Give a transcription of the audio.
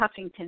Huffington